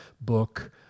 book